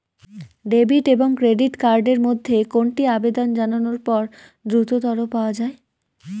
Debit এবং credit card এর মধ্যে কোনটি আবেদন জানানোর পর দ্রুততর পাওয়া য়ায়?